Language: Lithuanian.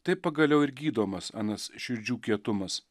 taip pagaliau ir gydomas anas širdžių kietumas